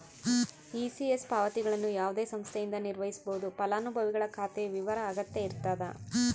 ECS ಪಾವತಿಗಳನ್ನು ಯಾವುದೇ ಸಂಸ್ಥೆಯಿಂದ ನಿರ್ವಹಿಸ್ಬೋದು ಫಲಾನುಭವಿಗಳ ಖಾತೆಯ ವಿವರ ಅಗತ್ಯ ಇರತದ